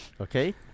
Okay